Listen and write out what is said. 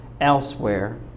elsewhere